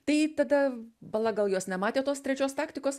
tai tada bala gal jos nematė tos trečios taktikos